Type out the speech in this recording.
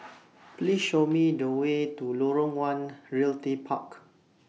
Please Show Me The Way to Lorong one Realty Park